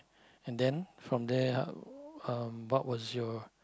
and then from there how uh what was your